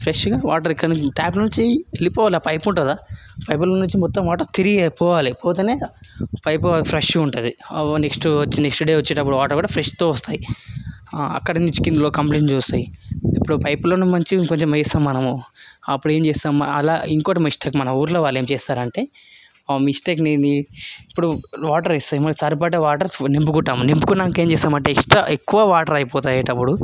ఫ్రెష్గా ఇక్కడ్నుంచి టాప్లో నుంచి వెళ్ళిపోవాలి ఆ పైప్ ఉంటుందా కదా పైపులో నుంచి వాటర్ మొత్తం తిరిగి పోవాలి పోతేనే పైపు ఫ్రెష్గా ఉంటుంది నెక్స్ట్ నెక్స్ట్ డే వచ్చేటప్పుడు వాటర్ కూడా ఫ్రెష్తో వస్తాయి అక్కడ నుంచి కిందిలో కూడా వస్తాయి ఇప్పుడు పైప్లో నుంచి మంచిగా ఇంకొంచెం వేస్తాము మనము అప్పుడు ఏం చేస్తాం అలా ఇంకొక మిస్టేక్ మన ఊర్లో వాళ్ళు ఏం చేస్తారంటే మిస్టేక్ని ఇప్పుడు వాటర్ వేస్తే మనకు సరిపడా వాటర్ నింపుకుంటాము నింపుకున్నాకా ఏం చేస్తాం చేస్తామంటే ఇంకా ఎక్కువ వాటర్ అయిపోతాయి ఇట్టాంటి అప్పుడు